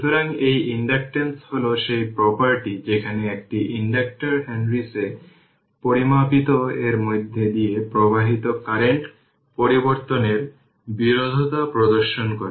সুতরাং সেই ইন্ডাকট্যান্স হল সেই প্রপার্টি যেখানে একটি ইন্ডাক্টর হেনরিসে পরিমাপিত এর মধ্য দিয়ে প্রবাহিত কারেন্টের পরিবর্তনের বিরোধিতা প্রদর্শন করে